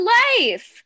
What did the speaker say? life